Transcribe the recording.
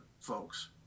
folks